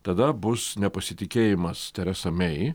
tada bus nepasitikėjimas teresa mei